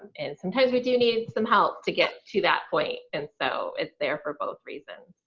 and sometimes we do need some help to get to that point, and so it's there for both reasons.